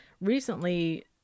recently